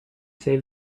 saved